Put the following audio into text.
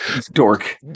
dork